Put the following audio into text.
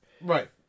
Right